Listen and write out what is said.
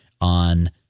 on